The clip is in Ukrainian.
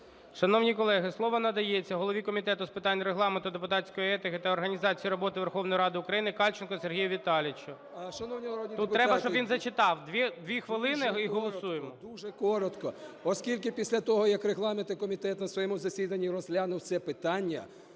Шановні колеги, слово надається голові Комітету з питань Регламенту, депутатської етики та організації роботи Верховної Ради України Кальченку Сергію Віталійовичу. Тут треба, щоб він зачитав, дві хвилини і голосуємо. 13:28:37 КАЛЬЧЕНКО С.В. Шановні народні депутати! Дуже коротко. Оскільки після того, як регламентний комітет на своєму засіданні розглянув це питання,